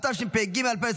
התשפ"ג 2023,